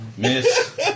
Miss